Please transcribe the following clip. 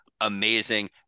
amazing